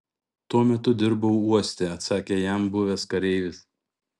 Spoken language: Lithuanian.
tuo metu dirbau uoste atsakė jam buvęs kareivis